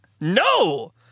No